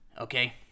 Okay